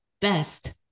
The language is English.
best